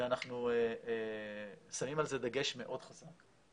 ואנחנו שמים על זה דגש מאוד חזק.